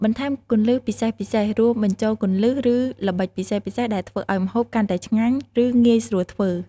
បន្ថែមគន្លឹះពិសេសៗ រួមបញ្ចូលគន្លឹះ ឬល្បិចពិសេសៗដែលធ្វើឱ្យម្ហូបកាន់តែឆ្ងាញ់ ឬងាយស្រួលធ្វើ។